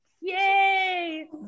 Yay